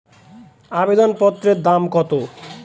আবেদন পত্রের দাম কত?